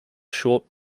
short